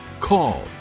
call